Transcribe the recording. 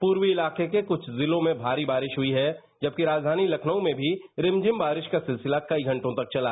पूर्वी इलाके के क्छ जिलों में भारी बारिश हुई है जबकि राजधानी लखनऊ में भी रिमझिम बारिश को सिलसिला कई घंटों तक चला